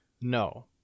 No